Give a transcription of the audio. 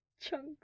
Chunks